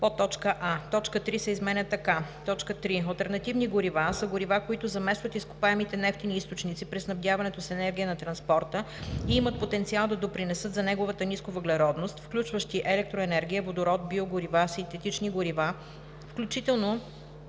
B § 1: а) точка 3 се изменя така: „3. „Алтернативни горива“ са горива, които заместват изкопаемите нефтени източници при снабдяването с енергия на транспорта и имат потенциал да допринесат за неговата нисковъглеродност, включващи електроенергия, водород, биогорива, синтетични горива, включително